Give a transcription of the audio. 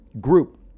group